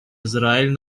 израиль